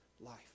life